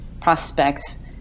prospects